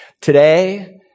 Today